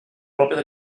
proprio